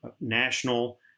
national